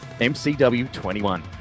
MCW21